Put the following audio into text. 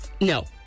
No